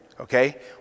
okay